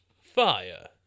fire